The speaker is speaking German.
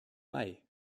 bei